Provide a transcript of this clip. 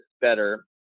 Better